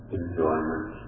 enjoyment